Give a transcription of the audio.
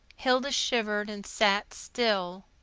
hilda shivered and sat still.